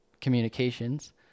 communications